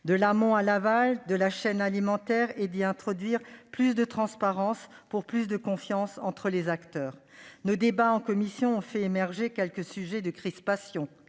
de l'amont à l'aval de la chaîne alimentaire, en y introduisant une plus grande transparence, pour plus de confiance entre les acteurs. Nos débats en commission ont fait émerger quelques sujets de crispation.